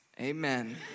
amen